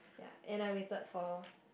ya and I waited for